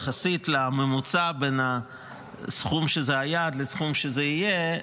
יחסית לממוצע בין הסכום שזה היה לסכום שזה יהיה,